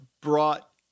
brought